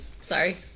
Sorry